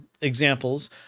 examples